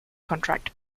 contract